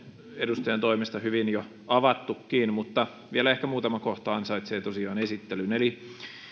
edustajan toimesta hyvin jo avattukin mutta vielä ehkä muutama kohta ansaitsee tosiaan esittelyn